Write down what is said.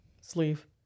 sleeve